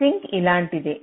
sync ఇలాంటిదే